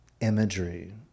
imagery